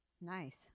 Nice